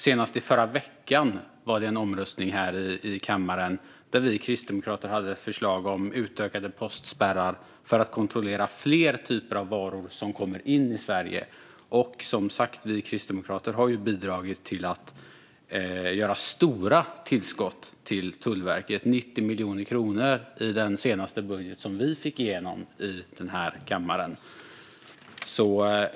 Senast förra veckan hade vi kristdemokrater ett förslag vid en omröstning här i kammaren om utökade postspärrar för att kontrollera fler typer av varor som kommer in i Sverige. Vi har som sagt också bidragit genom att göra stora tillskott till Tullverket. I den senaste budget som vi fick igenom i kammaren handlade det om 90 miljoner kronor.